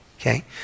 okay